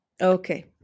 Okay